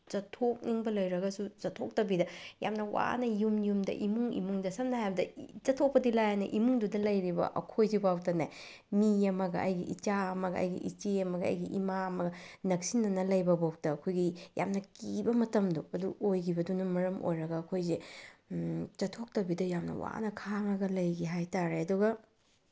ꯆꯠꯊꯣꯛꯅꯤꯡꯕ ꯂꯩꯔꯒꯁꯨ ꯆꯠꯊꯣꯛꯇꯕꯤꯗ ꯌꯥꯝꯅ ꯋꯥꯅ ꯌꯨꯝ ꯌꯨꯝꯗ ꯏꯃꯨꯡ ꯏꯃꯨꯡꯗ ꯁꯝꯅ ꯍꯥꯏꯔꯕꯗ ꯆꯠꯊꯣꯛꯄꯗꯤ ꯂꯥꯏꯔꯗꯅ ꯏꯃꯨꯡꯗꯨꯗ ꯂꯩꯔꯤꯕ ꯑꯩꯈꯣꯏꯁꯤꯐꯥꯎꯗꯅꯦ ꯃꯤ ꯑꯃꯒ ꯑꯩꯒꯤ ꯏꯆꯥ ꯑꯃ ꯑꯩꯒꯤ ꯏꯆꯦ ꯑꯃ ꯑꯩꯒꯤ ꯏꯃꯥ ꯑꯃꯒ ꯅꯛꯁꯤꯟꯅꯅ ꯂꯩꯕꯐꯥꯎꯇ ꯑꯩꯈꯣꯏꯒꯤ ꯌꯥꯝꯅ ꯀꯤꯕ ꯃꯇꯝꯗꯣ ꯑꯗꯨ ꯑꯣꯏꯈꯤꯕꯗꯨꯅ ꯃꯔꯝ ꯑꯣꯏꯔꯒ ꯑꯩꯈꯣꯏꯁꯦ ꯆꯠꯊꯣꯛꯇꯕꯤꯗ ꯌꯥꯝꯅ ꯋꯥꯅ ꯈꯥꯡꯉꯒ ꯂꯩꯈꯤ ꯍꯥꯏꯇꯥꯔꯦ ꯑꯗꯨꯒ